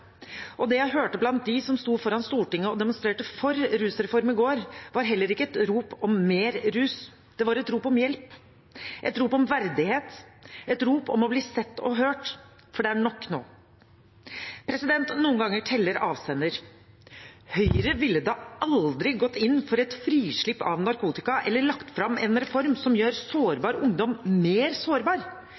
Og det jeg hørte blant dem som sto foran Stortinget og demonstrerte for rusreform i går, var heller ikke et rop om mer rus, det var et rop om hjelp, et rop om verdighet, et rop om å bli sett og hørt. For det er nok nå. Noen ganger teller avsender. Høyre ville da aldri gått inn for et frislipp av narkotika eller lagt fram en reform som gjør sårbar ungdom mer sårbar.